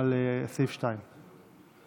על סעיף 2. כן,